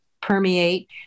permeate